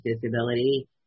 disability